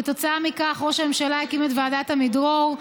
כתוצאה מכך ראש הממשלה הקים את ועדת עמידרור.